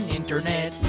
internet